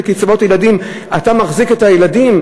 של קצבאות הילדים אתה מחזיק את הילדים?